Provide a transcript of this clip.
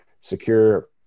secure